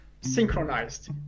Synchronized